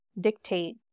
dictate